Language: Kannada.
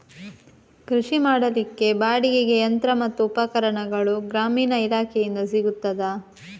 ಕೃಷಿ ಮಾಡಲಿಕ್ಕೆ ಬಾಡಿಗೆಗೆ ಯಂತ್ರ ಮತ್ತು ಉಪಕರಣಗಳು ಗ್ರಾಮೀಣ ಇಲಾಖೆಯಿಂದ ಸಿಗುತ್ತದಾ?